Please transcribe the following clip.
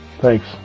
Thanks